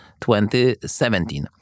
2017